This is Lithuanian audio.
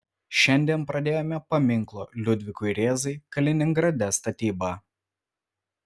šiandien pradėjome paminklo liudvikui rėzai kaliningrade statybą